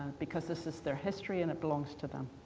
because this is their history and it belongs to them.